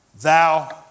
thou